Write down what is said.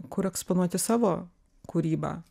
kur eksponuoti savo kūrybą